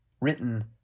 written